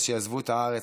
אז שיעזבו את הארץ.